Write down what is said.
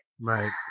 Right